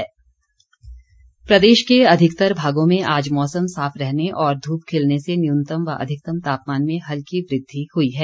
मौसम प्रदेश के अधिकतर भागों में आज मौसम साफ रहने और धूप खिलने से न्यूनतम व अधिकतम तापमान में हल्की वृद्धि हुई है